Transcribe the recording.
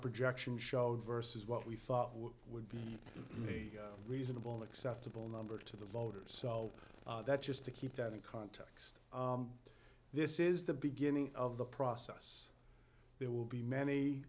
projection showed versus what we thought would be a reasonable acceptable number to the voters so that just to keep that in context this is the beginning of the process there will be many